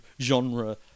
genre